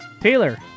Taylor